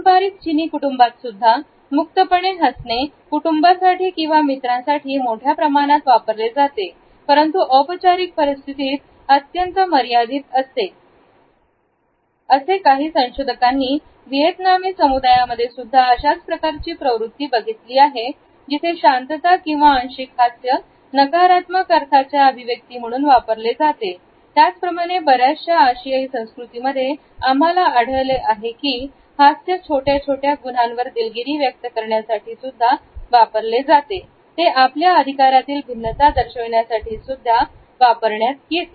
पारंपारिक चिनी कुटुंबात सुद्धा मुक्तपणे हसणे कुटुंबासाठी आणि मित्रांसाठी मोठ्या प्रमाणात वापरले जाते परंतु औपचारिक परिस्थितीत अत्यंत मर्यादित असते काही संशोधकांनी व्हिएतनामी समुदायामध्ये सुद्धा अशाच प्रकारची प्रवृत्ती बघितली आहे जिथे शांतता किंवा अंशिक हास्य नकारात्मक अर्थाच्या अभिव्यक्ती म्हणून वापरले जाते त्याचप्रमाणे बऱ्याच शा आशियाई संस्कृतीमध्ये आम्हाला आढळले आहे की हास्य छोट्या मोठ्या गुन्ह्यांवर दिलगिरी व्यक्त करण्या साठी वापरले जाते ते आपल्या अधिकारातील भिन्नता दर्शविण्यासाठी सुद्धा वापरण्यात येते